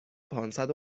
پانصد